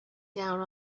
down